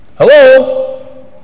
Hello